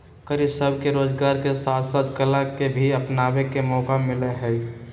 गरीब सब के रोजगार के साथ साथ कला के भी अपनावे के मौका मिला हई